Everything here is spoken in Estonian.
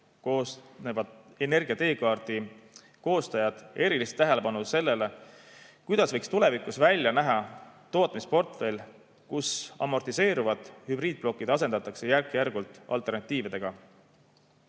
valminud] energia teekaardi koostajad erilist tähelepanu sellele, kuidas võiks tulevikus välja näha tootmisportfell, milles amortiseeruvad hübriidplokid asendatakse järk-järgult alternatiividega.